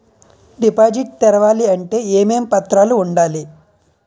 Deposit తెరవాలి అంటే ఏమేం పత్రాలు ఉండాలి?